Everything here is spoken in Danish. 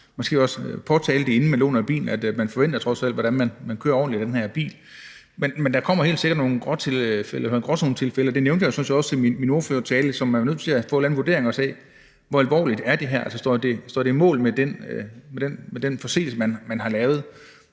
måske også påtale, inden man låner bilen ud, at man trods alt forventer, at der bliver kørt ordentligt i bilen. Men der kommer helt sikkert nogle gråzonetilfælde, og det nævnte jeg sådan set også i min ordførertale, så der er nødt til også at komme en vurdering af, hvor alvorligt det er, altså om det står mål med den forseelse, man har lavet.